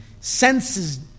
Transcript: senses